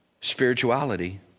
spirituality